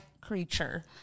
creature